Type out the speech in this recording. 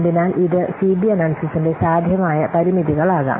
അതിനാൽ ഇത് സിബി അനാല്യ്സിസിന്റെ സാധ്യമായ പരിമിതികളാകാം